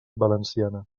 valenciana